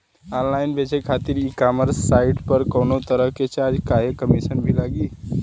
Online बेचे खातिर e commerce site पर कौनोतरह के चार्ज चाहे कमीशन भी लागी?